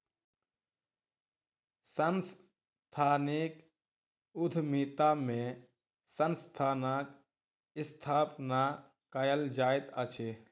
सांस्थानिक उद्यमिता में संस्थानक स्थापना कयल जाइत अछि